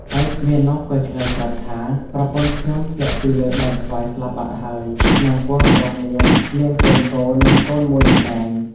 ឯមាណពក៏ឆ្លើយប្រាប់ថា ប្រពន្ធខ្ញុំធ្លាក់ពីលើដើមស្វាយស្លាប់បាត់ហើយ ក្នុងពោះរបស់នាងមានកូនគោនិងកូនមួយនេះឯង ។